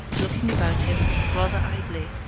looking about him, rather idly,